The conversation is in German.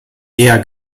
eher